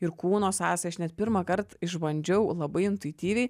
ir kūno sąsaja aš net pirmąkart išbandžiau labai intuityviai